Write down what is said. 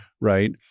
right